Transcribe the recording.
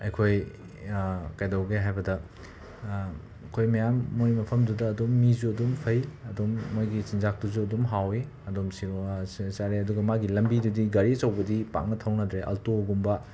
ꯑꯩꯈꯣꯏ ꯀꯩꯗꯧꯒꯦ ꯍꯥꯏꯕꯗ ꯑꯩꯈꯣꯏ ꯃꯌꯥꯝ ꯃꯣꯏ ꯃꯐꯝꯗꯨꯗ ꯑꯗꯨꯝ ꯃꯤꯁꯨ ꯑꯗꯨꯝ ꯐꯩ ꯑꯗꯨꯝ ꯃꯣꯏꯒꯤ ꯆꯤꯟꯖꯥꯛꯇꯨꯁꯨ ꯑꯗꯨꯝ ꯍꯥꯎꯏ ꯑꯗꯨꯝ ꯁꯤꯂꯣ ꯆꯥꯔꯛꯑꯦ ꯑꯗꯨꯒ ꯃꯥꯒꯤ ꯂꯝꯕꯤꯗꯨꯗꯤ ꯒꯥꯔꯤ ꯑꯆꯧꯕꯗꯤ ꯄꯥꯛꯅ ꯊꯧꯅꯗ꯭ꯔꯦ ꯑꯜꯇꯣꯒꯨꯝꯕ